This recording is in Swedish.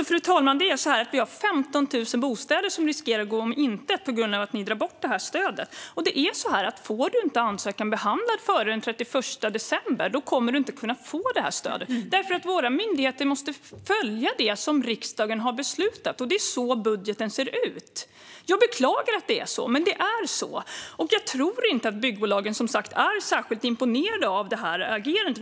Fru talman! Det är så att 15 000 bostäder riskerar att gå om intet på grund av att ni drar bort det här stödet, Mats Green. Får man inte sin ansökan behandlad före den 31 december kommer man inte att kunna få stödet. Våra myndigheter måste nämligen följa det som riksdagen har beslutat, och det är så budgeten ser ut. Jag beklagar att det är så, men det är så. Jag tror som sagt inte att byggbolagen är särskilt imponerade av det här agerandet.